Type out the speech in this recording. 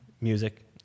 music